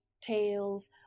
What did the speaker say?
tales